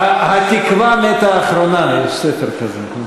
התקווה מתה אחרונה, יש ספר כזה.